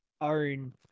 own